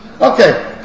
Okay